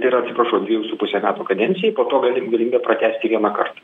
tai yra atsiprašau dvejų su puse metų kadencijai po to galim galimybė pratęsti vieną kartą